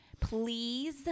please